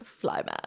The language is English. Flyman